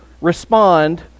respond